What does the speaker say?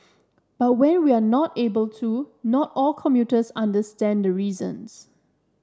but when we are not able to not all commuters understand the reasons